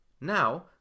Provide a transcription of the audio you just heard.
Now